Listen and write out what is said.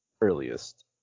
earliest